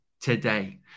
today